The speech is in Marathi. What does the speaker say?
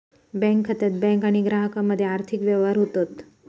बँक खात्यात बँक आणि ग्राहकामध्ये आर्थिक व्यवहार होतत